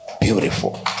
Beautiful